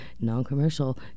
non-commercial